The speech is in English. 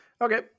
Okay